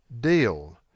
deal